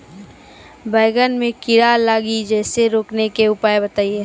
बैंगन मे कीड़ा लागि जैसे रोकने के उपाय बताइए?